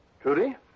Trudy